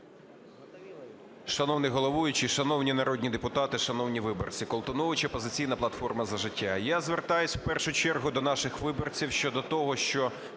Шановний головуючий, шановні народні депутати, шановні виборці! Колтунович, "Опозиційна платформа – За життя". Я звертаюсь в першу чергу до наших виборців щодо того, що